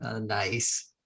nice